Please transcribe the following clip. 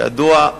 כידוע,